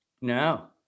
No